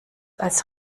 als